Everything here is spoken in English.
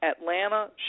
Atlanta